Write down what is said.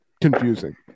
confusing